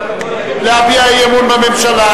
להביע אי-אמון בממשלה,